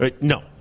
No